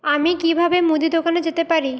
আমি কিভাবে মুদি দোকানে যেতে পারি